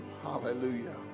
Hallelujah